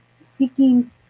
seeking